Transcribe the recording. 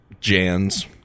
Jan's